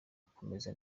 akomeje